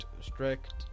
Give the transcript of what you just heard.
strict